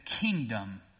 kingdom